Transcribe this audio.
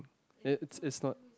it it's not